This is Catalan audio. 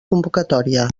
convocatòria